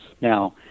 now